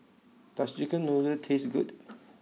does chicken noodle taste good